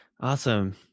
Awesome